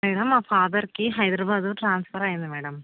madam మా ఫాదర్కి Hyderabad transfer అయింది మ్యాడం